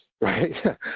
right